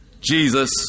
Jesus